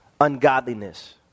ungodliness